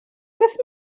beth